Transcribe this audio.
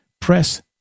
press